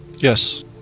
yes